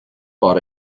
bought